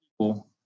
people